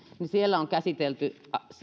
siellä on käsitelty